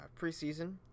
preseason